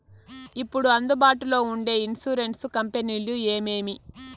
ఇప్పుడు అందుబాటులో ఉండే ఇన్సూరెన్సు కంపెనీలు ఏమేమి?